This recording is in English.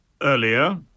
earlier